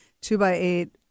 two-by-eight